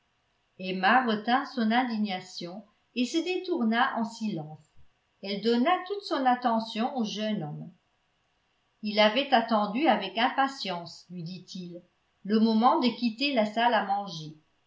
emma retint son indignation et se détourna en silence elle donna toute son attention au jeune homme il avait attendu avec impatience lui dit-il le moment de quitter la salle à manger